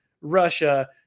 Russia